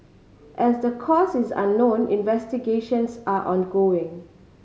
as the cause is unknown investigations are ongoing